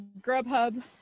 Grubhub